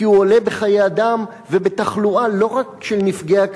כי הוא עולה בחיי אדם ובתחלואה לא רק של נפגעי